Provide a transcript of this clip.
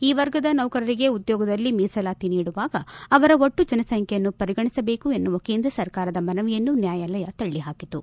ಈ ವರ್ಗದ ನೌಕರರಿಗೆ ಉದ್ಲೋಗದಲ್ಲಿ ಮೀಸಲಾತಿ ನೀಡುವಾಗ ಅವರ ಒಟ್ಲು ಜನಸಂಖ್ಲೆಯನ್ನು ಪರಿಗಣಿಸಬೇಕು ಎನ್ನುವ ಕೇಂದ್ರ ಸರ್ಕಾರದ ಮನವಿಯನ್ನು ನ್ಯಾಯಾಲಯ ತಳ್ಳಹಾಕಿತು